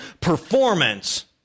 performance